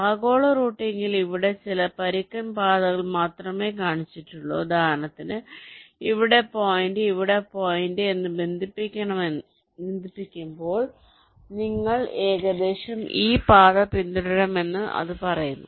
ആഗോള റൂട്ടിംഗിൽ ഇവിടെ ചില പരുക്കൻ പാതകൾ മാത്രമേ കാണിച്ചിട്ടുള്ളൂ ഉദാഹരണത്തിന് ഇവിടെ പോയിന്റ് ഇവിടെ പോയിന്റ് എന്ന് ബന്ധിപ്പിക്കുമ്പോൾ നിങ്ങൾ ഏകദേശം ഈ പാത പിന്തുടരണമെന്ന് അത് പറയുന്നു